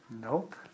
Nope